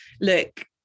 Look